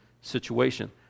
situation